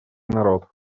народ